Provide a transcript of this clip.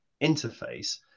interface